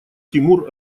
тимур